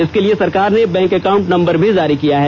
इसके लिए सरकार ने बैंक अकाउंट नम्बर भी जारी किया है